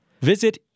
Visit